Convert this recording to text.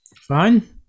fine